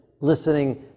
listening